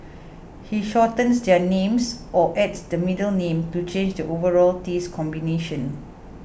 he shortens their names or adds the middle name to change the overall taste combination